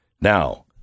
Now